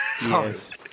Yes